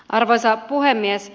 arvoisa puhemies